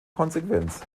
konsequenz